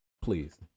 please